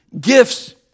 gifts